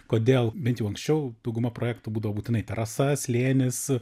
kodėl bent jau anksčiau dauguma projektų būdavo būtinai terasa slėnis